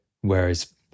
Whereas